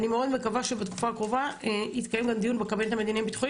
אני מאוד מקווה שבתקופה הקרובה התקיים דיון בקבינט המדיני ביטחוני,